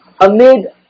amid